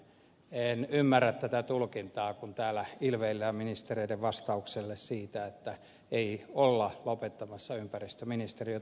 en ymmärrä tätä tulkintaa kun täällä ilveillään ministereiden vastaukselle että ei olla lopettamassa ympäristöministeriötä